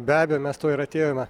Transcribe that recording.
be abejo mes to ir atėjome